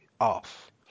off